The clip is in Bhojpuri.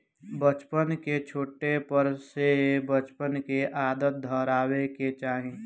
बच्चन के छोटे पर से बचत के आदत धरावे के चाही